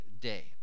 day